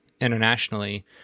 internationally